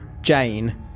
Jane